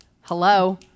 hello